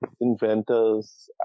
inventors